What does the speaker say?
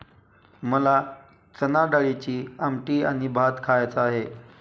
मला चणाडाळीची आमटी आणि भात खायचा आहे